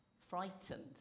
frightened